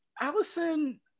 Allison